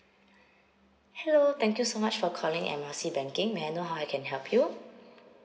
hello thank you so much for calling M R C banking may I know how I can help you